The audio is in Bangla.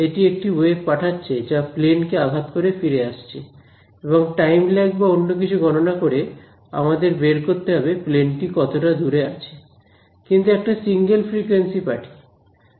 এটি একটি ওয়েভ পাঠাচ্ছে যা প্লেন কে আঘাত করে ফিরে আসছে এবং টাইম ল্যাগ বা অন্য কিছু গণনা করে আমাদের বের করতে হবে প্লেন টি কতটা দূরে আছে কিন্তু একটা সিঙ্গেল ফ্রিকোয়েন্সি পাঠিয়ে